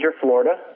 Florida